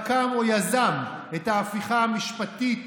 רקם או יזם את ההפיכה המשפטית